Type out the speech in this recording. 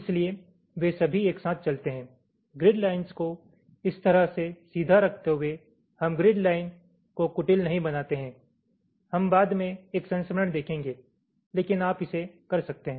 इसलिए वे सभी एक साथ चलते हैं ग्रिड लाइन्स को इस तरह से सीधा रखते हुए हम ग्रिड लाइन को कुटिल नहीं बनाते हैं हम बाद में एक संस्करण देखेंगे लेकिन आप इसे कर सकते हैं